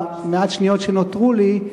במעט השניות שנותרו לי: